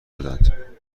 بود